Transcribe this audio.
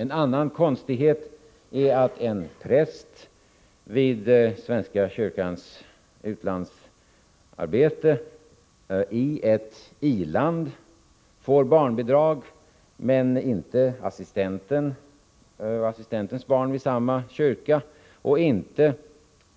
En annan konstighet är att en präst vid svenska kyrkans utlandsarbete i ett i-land får barnbidrag men inte barn till assistenten vid samma kyrka och inte